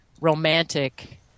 romantic